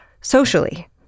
socially